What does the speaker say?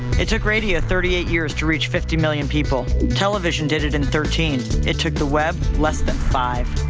it took radio thirty eight years to reach fifty million people. television did it in thirteen. it took the web less than five.